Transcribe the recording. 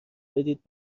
بدید